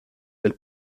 del